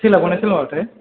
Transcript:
सोलाबगोनना सोलाबाथाय